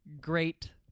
great